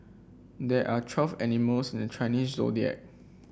there are twelve animals in the Chinese Zodiac